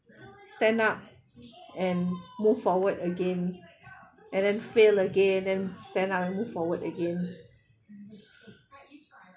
stand up and move forward again and then fail again and stand up and move forward again